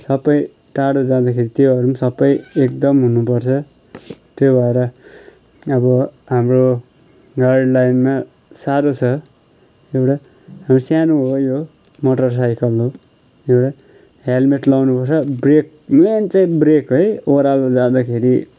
सबै टाढो जाँदाखेरि त्योहरू पनि सबै एकदम हुनु पर्छ त्यो भएर अब हाम्रो गाडी लाइनमा साह्रो छ एउटा सानो हो यो मोटर साइकल हो यो हेल्मेट लाउनु पर्छ ब्रेक मेन चाहि ब्रेक हो है ओह्रालो जाँदाखेरि